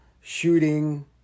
shooting